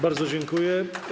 Bardzo dziękuję.